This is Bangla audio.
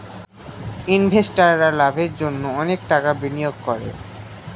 ইনভেস্টাররা লাভের জন্য অনেক টাকা বিনিয়োগ করে